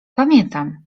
pamiętam